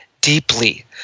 Deeply